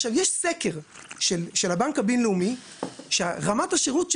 יש סקר של הבנק הבינלאומי שרמת השירות,